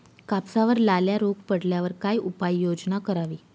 कापसावर लाल्या रोग पडल्यावर काय उपाययोजना करावी?